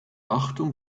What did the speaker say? achtung